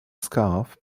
scarf